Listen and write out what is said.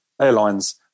Airlines